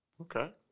Okay